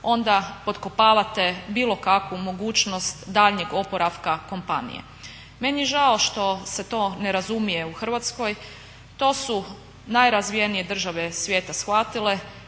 onda potkopavate bilo kakvu mogućnost daljnjeg oporavka kompanije. Meni je žao što se to ne razumije u Hrvatskoj. To su najrazvijene države svijeta shvatile